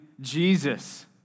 Jesus